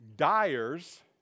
dyers